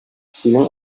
синең